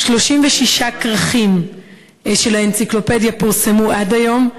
36 כרכים של האנציקלופדיה פורסמו עד היום,